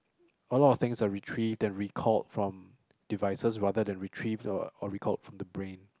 a lot of things are retrieved and recalled from devices rather than retrieved or or recalled from the brain